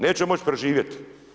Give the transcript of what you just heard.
Neće moći preživjeti.